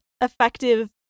effective